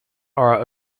are